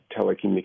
telecommunications